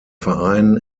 verein